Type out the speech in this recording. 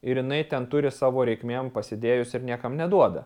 ir jinai ten turi savo reikmėm pasėdėjus ir niekam neduoda